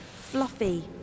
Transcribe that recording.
Fluffy